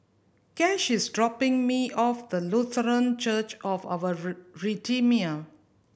Cash is dropping me off the Lutheran Church of Our Redeemer